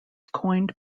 coined